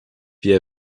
wir